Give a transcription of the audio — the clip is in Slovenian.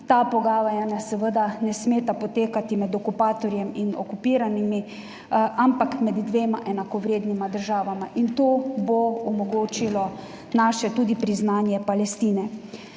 Ta pogajanja seveda ne smejo potekati med okupatorjem in okupiranim, ampak med dvema enakovrednima državama. In to bo omogočilo tudi naše priznanje Palestine.